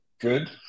good